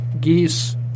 geese